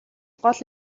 гол